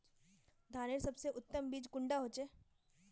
धानेर सबसे उत्तम बीज कुंडा होचए?